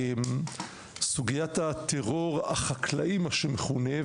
סוגיית ״הטרור החקלאי״ מה שנקרא,